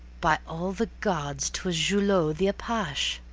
by all the gods! twas julot the apache.